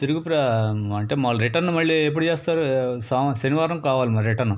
తిరుగు ప్ర అంటే మళ్ళీ రిటర్న్ మళ్ళీ ఎప్పుడు చేస్తారు సోమ శనివారం కావాలి మరి రిటర్న్